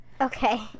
Okay